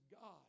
God